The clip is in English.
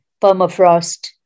permafrost